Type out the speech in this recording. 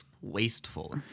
Wasteful